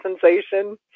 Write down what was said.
sensation